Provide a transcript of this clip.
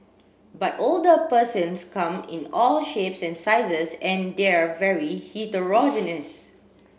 but older persons come in all shapes and sizes and they're very heterogeneous